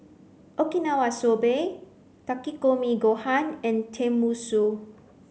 okinawa soba Takikomi gohan and Tenmusu